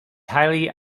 highly